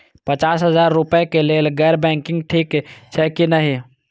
पचास हजार रुपए के लेल गैर बैंकिंग ठिक छै कि नहिं?